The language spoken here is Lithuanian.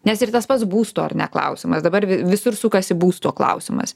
nes ir tas pats būsto ar ne klausimas dabar vi visur sukasi būsto klausimas